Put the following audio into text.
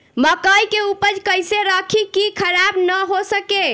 मकई के उपज कइसे रखी की खराब न हो सके?